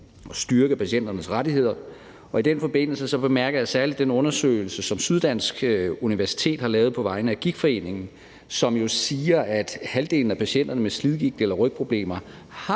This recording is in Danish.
og styrke patienternes rettigheder, og i den forbindelse bemærkede jeg særlig den undersøgelse, som Syddansk Universitet har lavet på vegne af Gigtforeningen, som jo siger, at halvdelen af patienterne med slidgigt eller rygproblemer